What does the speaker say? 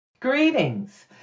Greetings